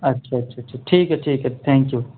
اچھا اچھا اچھا ٹھیک ہے ٹھیک ہے تھینک یو